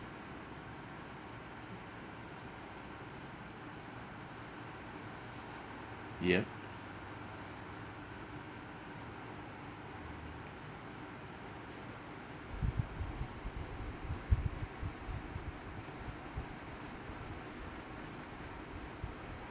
yeah